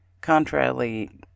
contrarily